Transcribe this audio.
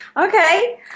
Okay